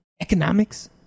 Economics